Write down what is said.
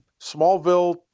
Smallville